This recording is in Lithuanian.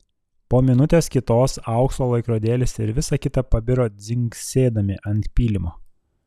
po minutės kitos aukso laikrodėlis ir visa kita pabiro dzingsėdami ant pylimo